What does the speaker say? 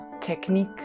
technique